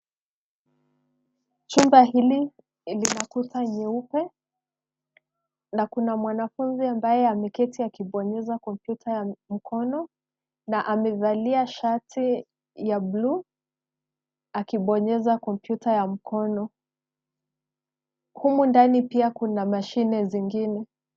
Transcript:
Chumba hili, lina kuta nyeupe, na kuna mwanafunzi ambaye ameketi akibonyeza kompyuta ya mkono, na amevalia shati, ya buluu, akibonyeza kompyuta ya mkono. Humu ndani pia kuna mashine zingine.